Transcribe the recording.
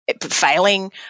failing